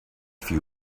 few